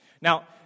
Now